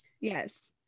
yes